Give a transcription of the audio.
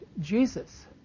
Jesus